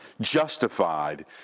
justified